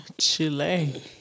Chile